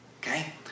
okay